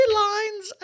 lines